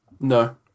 No